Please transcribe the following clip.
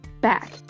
Back